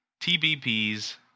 TBP's